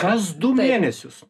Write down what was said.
kas du mėnesius